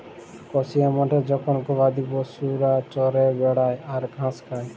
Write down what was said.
কসিয়া মাঠে জখল গবাদি পশুরা চরে বেড়ায় আর ঘাস খায়